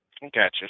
Gotcha